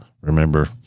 Remember